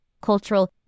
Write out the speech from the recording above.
cultural